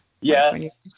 Yes